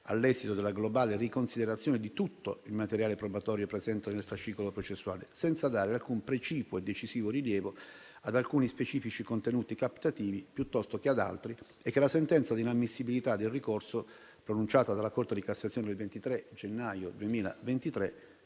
all'esito della globale riconsiderazione di tutto il materiale probatorio presente nel fascicolo processuale, senza dare alcun precipuo e decisivo rilievo ad alcuni specifici contenuti captativi piuttosto che ad altri, e che la sentenza di inammissibilità del ricorso, pronunciata dalla Corte di cassazione il 23 gennaio 2023,